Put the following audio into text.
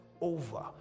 over